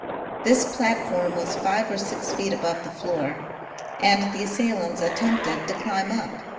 this platform was five or six feet above the floor and the assailants attempted to climb up.